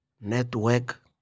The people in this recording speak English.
network